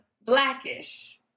Blackish